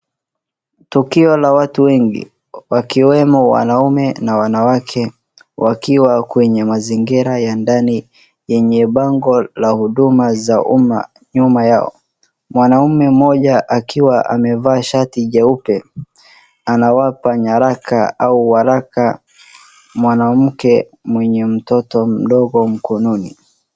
Tukio la watu wengi wakiwemo wanaume na wanawake wakiwa kwenye mazingira ya ndani yenye bango la huduma za umma. Nyuma yao mwanaume mmoja akiwa amevaa shati jeupe anawapa nyaraka au waraka mwanamke mwenye mtoto mdogo mkononi.